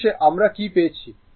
অবশেষে আমরা কি পেয়েছি